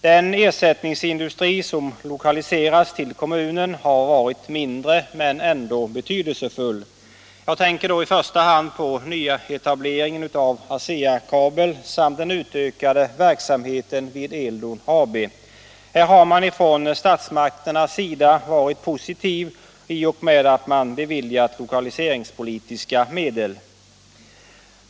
Den ersättningsindustri som lokaliserats till kommunen har varit mindre men ändå betydelsefull. Jag tänker då i första hand på nyetableringen av ASEA Kabel AB samt den utökade verksamheten vid Eldon AB. Här har man ifrån statsmakternas sida varit positiv i och med att man beviljat lokaliseringspolitiska medel.